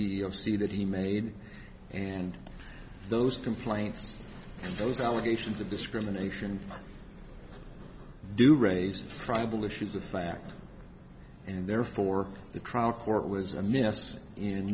see that he made and those complaints those allegations of discrimination do raise tribal issues of fact and therefore the trial court was a mess in